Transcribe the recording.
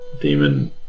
demon